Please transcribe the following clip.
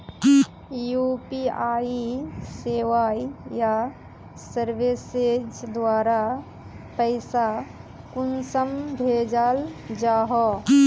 UPI सेवाएँ या services द्वारा पैसा कुंसम भेजाल जाहा?